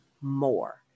more